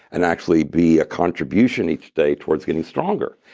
and actually be a contribution each day towards getting stronger.